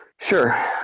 Sure